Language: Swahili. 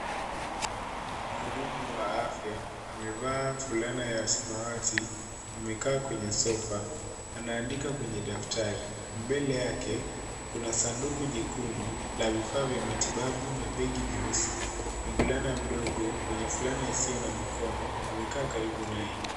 Mhudumu wa afya, amevaa fulana ya samawati, amekaa kwenye sofa, anaandika kwenye daftari. Mbele yake, kuna sanduku jekundu, la vifaa vya matibabu na begi jeusi. Mvulana mdogo, mwenye fulana isiyo na mikono, amekaa karibu naye.